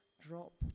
drop